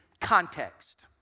context